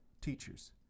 teachers